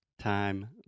time